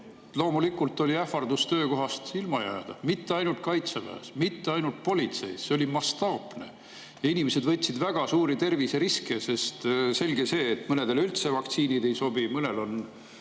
loomulikult oli ähvardus töökohast ilma jääda. Mitte ainult Kaitseväes, mitte ainult politseis – see oli mastaapne. Inimesed võtsid väga suuri terviseriske, sest selge see, et mõnele üldse vaktsiinid ei sobi ja mõnel on